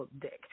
dick